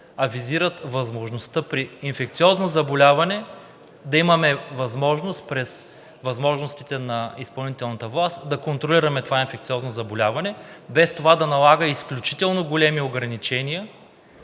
а визират възможността при инфекциозно заболяване да можем през възможностите на изпълнителната власт да контролираме това инфекциозно заболяване, без това да налага изключително големи ограничения